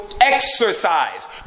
exercise